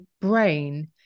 brain